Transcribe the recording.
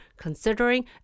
considering